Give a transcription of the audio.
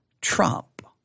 Trump